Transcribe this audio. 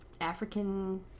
african